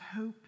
hope